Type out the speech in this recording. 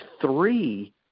three